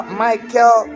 michael